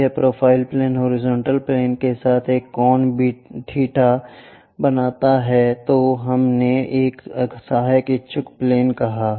यदि यह profile plane horizontal plane के साथ एक कोण बीटा बनाता है तो हमने एक सहायक इच्छुक प्लेन कहा